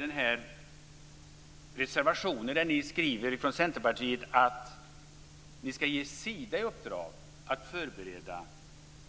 Centerpartiet skriver i sin reservation att Sida bör få i uppdrag att förbereda